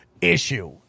issue